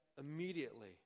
immediately